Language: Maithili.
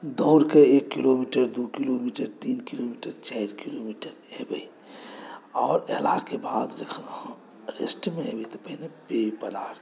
दौड़ कऽ एक किलोमीटर दू किलोमीटर तीन किलोमीटर चारि किलोमीटर एबै आओर अयलाके बाद जखन अहाँ रेस्टमे एबै तऽ पहिने पेय पदार्थ